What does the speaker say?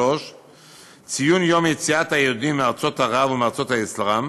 3. ציון יום יציאת היהודים מארצות ערב ומארצות האסלאם